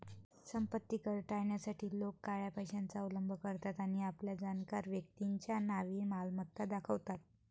संपत्ती कर टाळण्यासाठी लोक काळ्या पैशाचा अवलंब करतात आणि आपल्या जाणकार व्यक्तीच्या नावे मालमत्ता दाखवतात